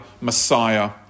Messiah